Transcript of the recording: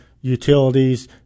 utilities